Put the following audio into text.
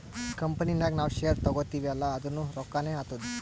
company ನಾಗ್ ನಾವ್ share ತಗೋತಿವ್ ಅಲ್ಲಾ ಅದುನೂ ರೊಕ್ಕಾನೆ ಆತ್ತುದ್